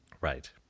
Right